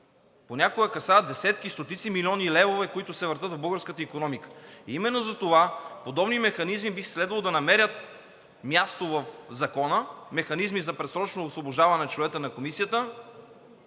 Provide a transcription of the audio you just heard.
понякога касаят десетки, стотици милиони левове, които се въртят в българската икономика. Именно затова подобни механизми би следвало да намерят място в Закона – механизми за предсрочно освобождаване членовете на Комисията,